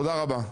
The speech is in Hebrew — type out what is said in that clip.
תודה רבה.